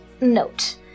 note